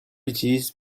utilise